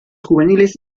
juveniles